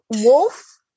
wolf